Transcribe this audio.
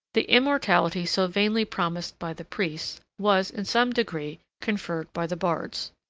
the immortality so vainly promised by the priests, was, in some degree, conferred by the bards.